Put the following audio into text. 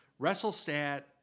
WrestleStat